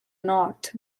north